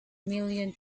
million